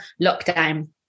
lockdown